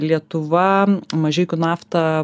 lietuva mažeikių nafta